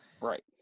Right